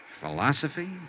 Philosophy